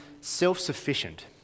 self-sufficient